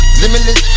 limitless